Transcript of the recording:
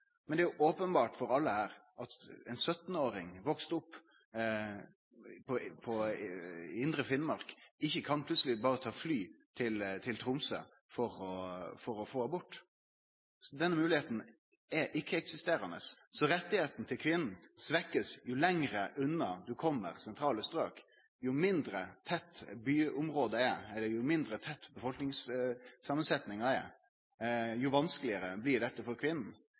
Men det er jo openbert for alle her at ein 17-åring, oppvaksen i indre Finnmark, ikkje berre plutseleg kan ta eit fly til Tromsø for å få abort. Denne moglegheita er ikkje-eksisterande. Jo lenger unna du kjem sentrale strøk, jo meir blir rettane til kvinna svekt. Jo mindre tett befolkningssamansettinga er, jo vanskelegare blir dette for kvinna. Så dette er jo eit slag for kvinner